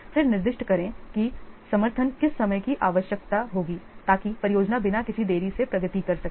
फिर निर्दिष्ट करें कि समर्थन किस समय की आवश्यकता होगी ताकि परियोजना बिना किसी देरी के प्रगति कर सके